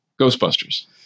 Ghostbusters